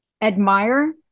Admire